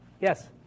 Yes